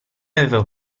aveva